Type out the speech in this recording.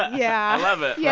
yeah i love it yeah